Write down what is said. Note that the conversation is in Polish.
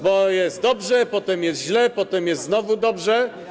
Bo jest dobrze, potem jest źle, potem jest znowu dobrze.